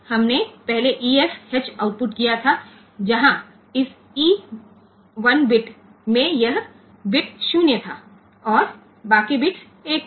हमने पहले EF H output किया था जहां इस ई 1 बिट में यह बिट 0 था और बाकी बिट्स 1थे